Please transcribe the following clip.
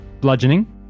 Bludgeoning